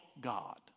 God